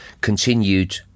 continued